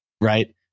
right